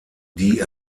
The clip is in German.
die